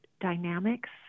dynamics